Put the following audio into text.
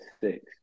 six